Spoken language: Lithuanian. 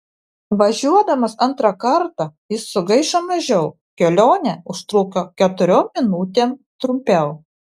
važiuodamas antrą kartą jis sugaišo mažiau kelionė užtruko keturiom minutėm trumpiau